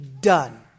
done